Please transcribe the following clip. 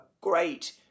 great